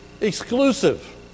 exclusive